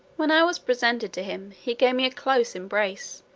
when i was presented to him, he gave me a close embrace,